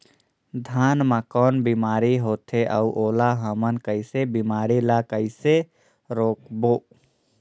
धान मा कौन बीमारी होथे अउ ओला हमन कइसे बीमारी ला कइसे रोकबो?